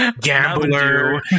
gambler